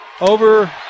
Over